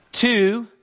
Two